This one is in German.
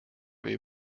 wir